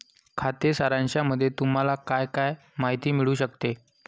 खाते सारांशामध्ये तुम्हाला काय काय माहिती मिळू शकते?